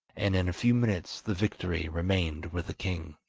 and in a few minutes the victory remained with the king.